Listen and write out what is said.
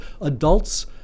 adults